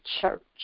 church